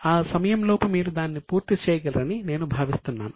ఆ సమయం లోపు మీరు దాన్ని పూర్తి చేయగలరని నేను భావిస్తున్నాను